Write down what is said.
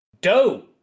Doe